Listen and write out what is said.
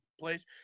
place